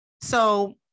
So-